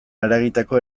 eragiteko